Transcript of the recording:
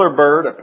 bird